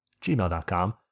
gmail.com